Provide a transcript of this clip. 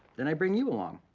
and i bring you along.